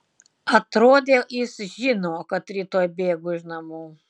atrodė jis žino kad rytoj bėgu iš namų